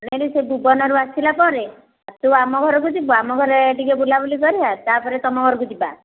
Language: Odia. ନାଇଁ ନାଇଁ ସେ ଭୁବନରୁ ଆସିଲାପରେ ତୁ ଆମ ଘରକୁ ଯିବୁ ଆମ ଘରେ ଟିକିଏ ବୁଲାବୁଲି କରିବା ତାପରେ ତମ ଘରକୁ ଯିବା